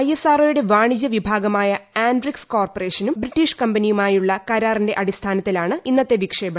ഇസ്റോയുടെ വാണിജ്യ വിഭാഗമായ ആൻഡ്രിക്സ് കോർപ്പറേഷന്റെ ബ്രിട്ടീഷ് കമ്പനിയുമായുള്ള കരാറിന്റെ അടിസ്ഥാനത്തിലാണ് ഇന്നത്തെ വിക്ഷേപണം